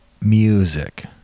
music